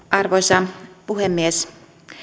arvoisa puhemies